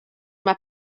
mae